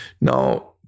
Now